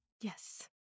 Yes